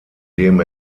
dem